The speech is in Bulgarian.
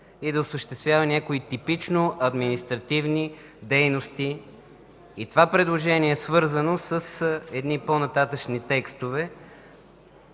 и да осъществява някои типично административни дейности. Това предложение е свързано с едни по-нататъшни текстове,